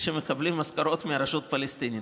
שמקבלים משכורות מהרשות הפלסטינית.